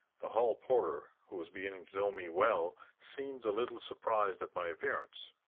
the hall porter, who was beginning to know me well, seemed a little surprised at my appearance.